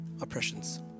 oppressions